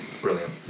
brilliant